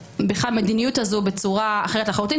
המדיניות הזאת בצורה אחרת לחלוטין.